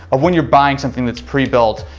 of when you're buying something that's pre-built,